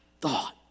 thought